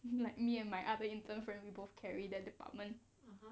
if you like me and my other intern friend we both carry the department